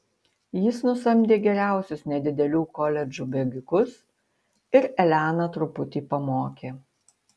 jis nusamdė geriausius nedidelių koledžų bėgikus ir eleną truputį pamokė